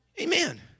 Amen